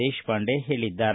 ದೇಶಪಾಂಡೆ ಹೇಳಿದ್ದಾರೆ